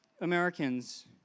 Americans